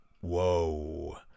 whoa